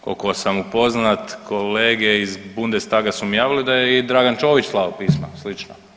Koliko sam upoznat kolege iz Bundestaga su mi javili da je i Dragan Čović slao pisma slična.